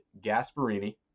Gasparini